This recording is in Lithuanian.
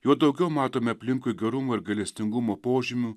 juo daugiau matome aplinkui gerumo ir gailestingumo požymių